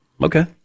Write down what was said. Okay